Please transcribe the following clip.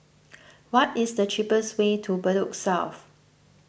what is the cheapest way to Bedok South